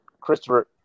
Christopher